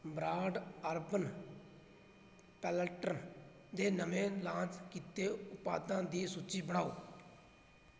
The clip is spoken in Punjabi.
ਬ੍ਰਾਡ ਅਰਬਨ ਪਲੈੱਟਰ ਦੇ ਨਵੇਂ ਲਾਂਚ ਕੀਤੇ ਉਤਪਾਦਾਂ ਦੀ ਸੂਚੀ ਬਣਾਓ